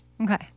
Okay